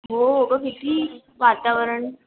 हो अगं किती वातावरण